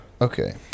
Okay